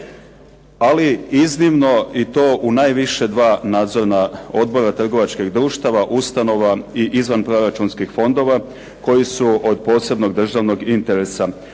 ali iznimno i to u najviše dva nadzorna odbora trgovačkih društava, ustanova i izvanproračunskih fondova koji su od posebnog državnog interesa.